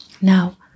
Now